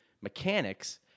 mechanics